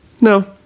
no